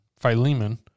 philemon